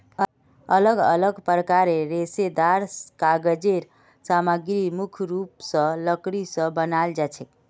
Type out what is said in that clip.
अलग अलग प्रकारेर रेशेदार कागज़ेर सामग्री मुख्य रूप स लकड़ी स बनाल जाछेक